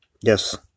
Yes